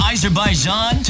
Azerbaijan